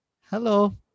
Hello